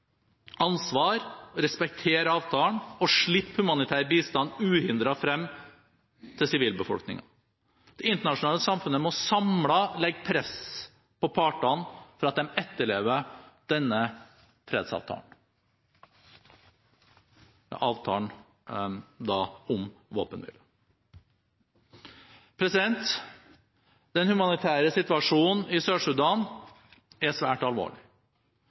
ansvar, respektere avtalen og slippe humanitær bistand uhindret frem til sivilbefolkningen. Det internasjonale samfunnet må samlet legge press på partene for at de etterlever avtalen om våpenstillstand. Den humanitære situasjonen i Sør-Sudan er svært alvorlig.